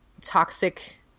toxic